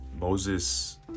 Moses